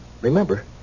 Remember